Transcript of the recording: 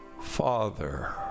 Father